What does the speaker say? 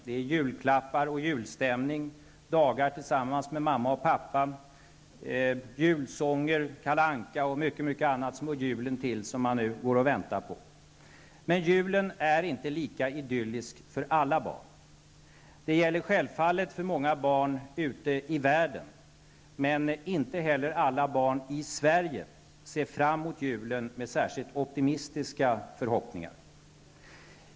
Det är julklappar och julstämning, dagar tillsammans med mamma och pappa, julsånger, Kalle Anka och mycket annat som hör julen till och som man nu går och väntar på. Men julen är inte lika idyllisk för alla barn. Det gäller självfallet för många barn ute i världen, men inte heller alla barn i Sverige ser särskilt förväntansfullt fram mot julen.